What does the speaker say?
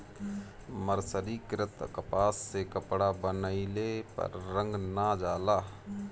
मर्सरीकृत कपास से कपड़ा बनइले पर रंग ना जाला